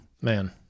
Man